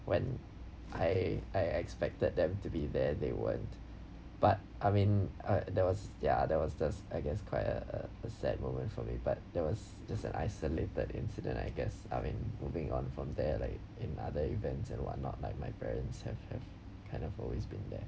when I I expected them to be there they weren't but I mean uh that was ya that was just I guess quite a a a sad moment for me but that was just an isolated incident I guess I mean moving on from there like in other events and what not like my parents have have kind of always been there